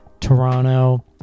Toronto